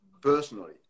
personally